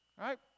right